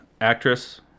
actress